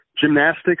gymnastics